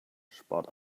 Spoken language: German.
spart